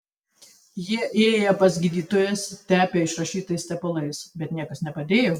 jie ėję pas gydytojus tepę išrašytais tepalais bet niekas nepadėjo